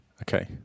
okay